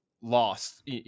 lost